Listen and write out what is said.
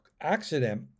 accident